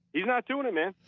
he's not doing it man.